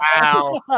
Wow